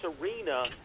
arena